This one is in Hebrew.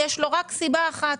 יש לו רק סיבה אחת